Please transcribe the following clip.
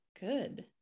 Good